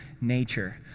nature